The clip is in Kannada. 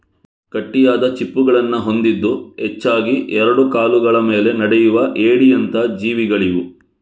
ಗಟ್ಟಿಯಾದ ಚಿಪ್ಪುಗಳನ್ನ ಹೊಂದಿದ್ದು ಹೆಚ್ಚಾಗಿ ಎರಡು ಕಾಲುಗಳ ಮೇಲೆ ನಡೆಯುವ ಏಡಿಯಂತ ಜೀವಿಗಳಿವು